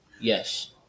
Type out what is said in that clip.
Yes